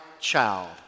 child